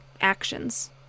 actions